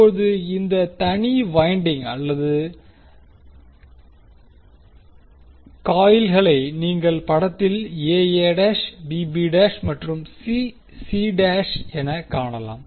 இப்போது இந்த தனி வைண்டிங் அல்லது காயில்களை நீங்கள் படத்தில் மற்றும் எனக் காணலாம்